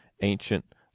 ancient